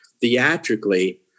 theatrically